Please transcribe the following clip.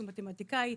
הוא מתמטיקאי,